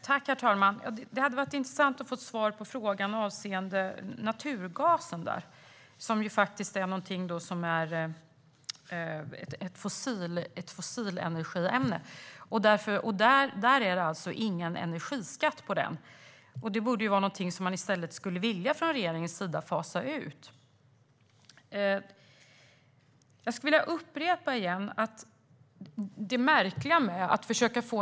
Herr talman! Det hade varit intressant att få ett svar på frågan avseende naturgasen, som är ett fossilenergiämne. På naturgasen är det ingen energiskatt. Det borde ju vara något som regeringen skulle vilja fasa ut.